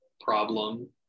problem